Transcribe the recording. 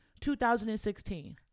2016